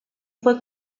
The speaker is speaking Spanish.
fue